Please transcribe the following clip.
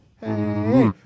hey